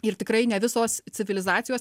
ir tikrai ne visos civilizacijos